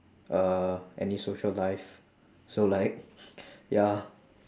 uh any social life so like ya